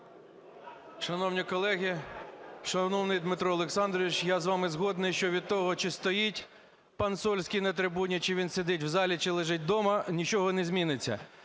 Шановні колеги, шановний Дмитро Олександрович, я з вами згодний, що від того, чи стоїть пан Сольський на трибуні, чи він сидить в залі, чи лежить дома, нічого не зміниться.